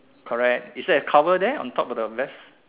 correct is there a cover there on top of the left